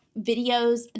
videos